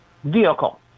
Vehicle